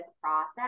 process